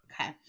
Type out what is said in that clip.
Okay